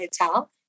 hotel